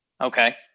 Okay